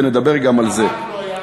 ונדבר גם על זה.